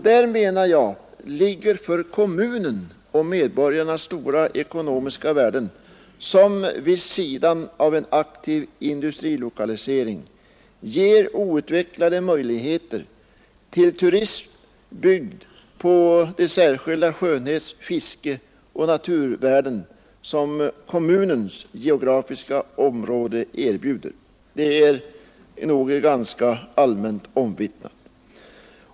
Däri ligger för kommunen och för medborgarna stora ekonomiska värden, som vid sidan av en aktiv industrilokalisering ger outvecklade områden möjligheter till turism, byggd på de särskilda skönhets-, fiskeoch naturvärden som kommunens geografiska område erbjuder. Detta är ganska allmänt omvittnat.